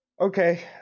Okay